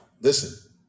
Listen